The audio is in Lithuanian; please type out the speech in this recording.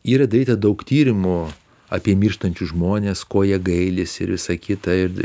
yra daryta daug tyrimų apie mirštančius žmones ko jie gailisi ir visa kita ir